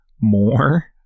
more